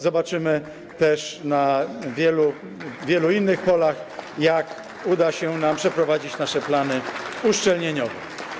Zobaczymy też na wielu innych polach, jak uda się nam przeprowadzić nasze plany uszczelnieniowe.